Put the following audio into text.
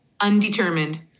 undetermined